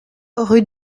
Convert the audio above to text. rue